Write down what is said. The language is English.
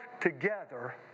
together